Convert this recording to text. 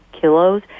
kilos